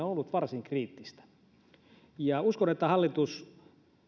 on ollut varsin kriittistä uskon että hallitus